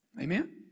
Amen